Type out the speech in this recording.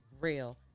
real